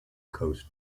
coast